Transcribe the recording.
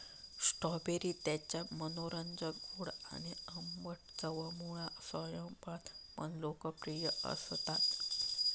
strawberry त्याच्या मनोरंजक गोड आणि आंबट चवमुळा स्वयंपाकात पण लोकप्रिय असता